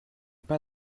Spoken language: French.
pas